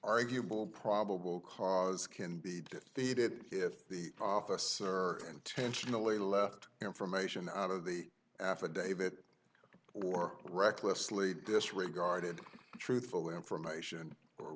arguable probable cause can be that the it it if the office or intentionally left information out of the affidavit or recklessly disregarded truthful information or